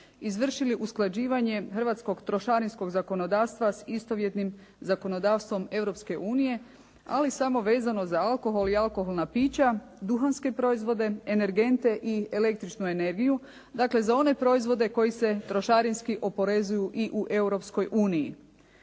izvršili usklađivanje hrvatskog trošarinskog zakonodavstva s istovjetnim zakonodavstvom Europske unije, ali samo vezano za alkohol i alkoholna pića, duhanske proizvode, energente i električnu energiju, dakle za one proizvode koji se trošarinski oporezuju i u